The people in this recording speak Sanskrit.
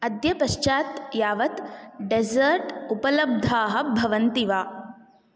अद्य पश्चात् यावत् डेस्सर्ट् उपलब्धाः भवन्ति वा